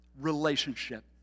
relationship